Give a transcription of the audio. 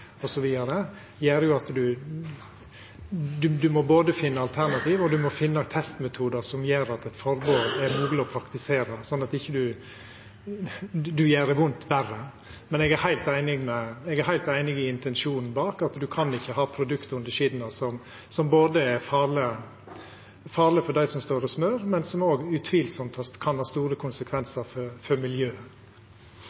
må finna både alternativ og testmetodar som gjer at eit forbod er mogleg å praktisera, slik at ein ikkje gjer vondt verre. Men eg er heilt einig i intensjonen bak: Ein kan ikkje ha eit produkt under skia som er farleg for dei som står og smør, og som òg utvilsamt kan ha store